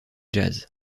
jazz